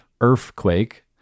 Earthquake